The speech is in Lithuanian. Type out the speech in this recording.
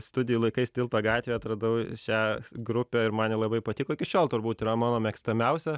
studijų laikais tilto gatvėj atradau šią grupę ir man ji nelabai patiko iki šiol turbūt yra mano mėgstamiausia